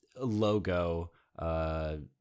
logo